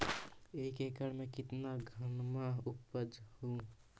एक एकड़ मे कितना धनमा उपजा हू?